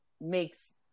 makes